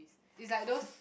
it's like those